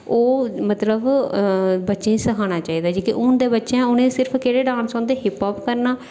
ओह् मतलब बच्चें गी सिखाना चाहिदा ते हून दे जेह्ड़े बच्चे उ'नेंगी केह्ड़े डांस औंदे बस हिप हॉप